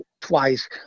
twice